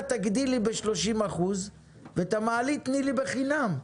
תגדילי ב-30% ואת המעלית תני לי בחינם.